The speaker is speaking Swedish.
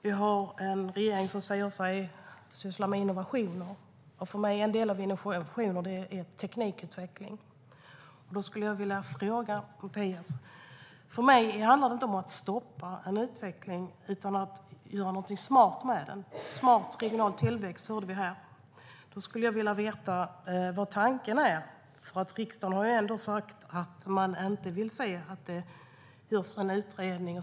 Vi har en regering som säger sig syssla med innovationer. För mig är en del av innovationer teknikutveckling. Då skulle jag vilja ställa en fråga till Mattias. För mig handlar det inte om att stoppa en utveckling utan om att göra någonting smart med den. Vi hörde här om smart regional tillväxt. Jag skulle vilja veta vad tanken är. Riksdagen har ändå sagt att man inte vill se att det görs en utredning.